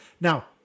now